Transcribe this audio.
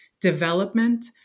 development